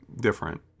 different